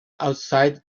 outside